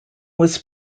was